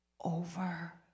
over